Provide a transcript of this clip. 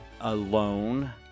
Alone